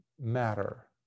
matter